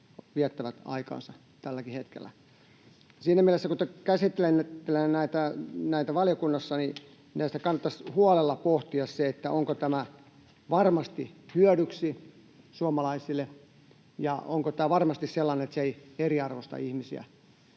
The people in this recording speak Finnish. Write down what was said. viettävät aikaansa tälläkin hetkellä. Siinä mielessä, kun te käsittelette näitä valiokunnassa, kannattaisi huolella pohtia se, onko tämä varmasti hyödyksi suomalaisille ja onko tämä varmasti sellainen, että se ei eriarvoista ihmisiä.